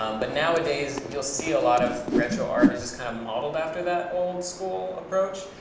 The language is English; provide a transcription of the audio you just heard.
um but, nowadays, you'll see a lot of retro art is just kind of modeled after that old school approach.